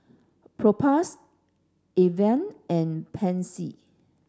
Propass Avene and Pansy